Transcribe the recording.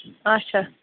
اَچھا